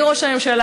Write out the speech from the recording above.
אדוני ראש הממשלה,